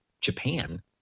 Japan